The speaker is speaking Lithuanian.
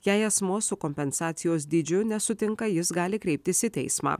jei asmuo su kompensacijos dydžiu nesutinka jis gali kreiptis į teismą